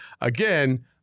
Again